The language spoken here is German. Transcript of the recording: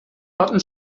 hatten